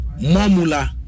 Mamula